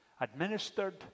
administered